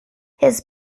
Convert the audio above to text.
his